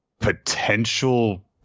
potential